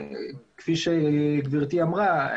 כפי שגברתי אמרה,